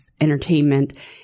entertainment